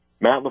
Matt